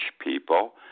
people